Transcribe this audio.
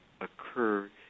occur